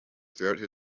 throughout